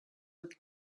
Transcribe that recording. with